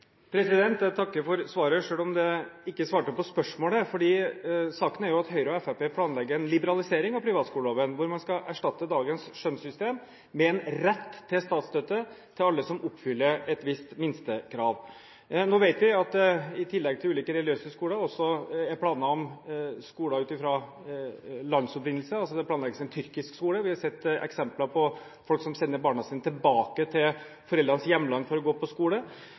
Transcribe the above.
Jeg takker for svaret, selv om det ikke var svar på spørsmålet. Saken er jo at Høyre og Fremskrittspartiet planlegger en liberalisering av privatskoleloven, hvor man skal erstatte dagens skjønnssystem med en rett til statsstøtte til alle som oppfyller et visst minstekrav. Nå vet vi at det i tillegg til ulike religiøse skoler også er planer om skoler ut fra landsopprinnelse. Det planlegges en tyrkisk skole, og vi har sett eksempler på folk som sender barna sine tilbake til foreldrenes hjemland for å gå på skole.